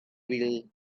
wheel